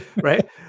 right